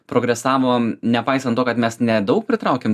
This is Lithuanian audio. progresavo nepaisant to kad mes nedaug pritraukėm